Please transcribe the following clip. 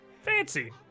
fancy